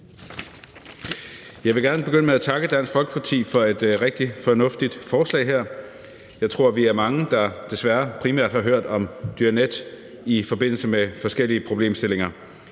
Jeg vil gerne begynde med at takke Dansk Folkeparti for et rigtig fornuftigt forslag. Jeg tror, vi er mange, der desværre primært har hørt om Diyanet i forbindelse med forskellige problemstillinger.